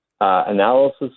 analysis